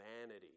vanity